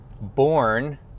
born